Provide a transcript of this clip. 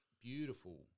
beautiful